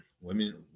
Women